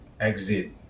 exit